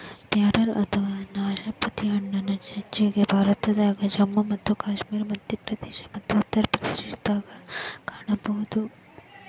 ಪ್ಯಾರಲ ಅಥವಾ ನಾಶಪತಿ ಹಣ್ಣನ್ನ ಹೆಚ್ಚಾಗಿ ಭಾರತದಾಗ, ಜಮ್ಮು ಮತ್ತು ಕಾಶ್ಮೇರ, ಮಧ್ಯಪ್ರದೇಶ ಮತ್ತ ಉತ್ತರ ಪ್ರದೇಶದಾಗ ಕಾಣಬಹುದು